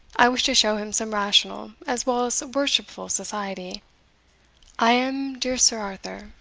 i wish to show him some rational as well as worshipful society i am, dear sir arthur,